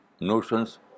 notions